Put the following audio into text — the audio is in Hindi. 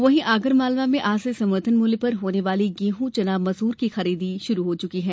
वहीं आगर मालवा में आज से समर्थन मूल्य पर होने वाली गेंहू चना मसूर की खरीदी शुरू हो गई है